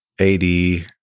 80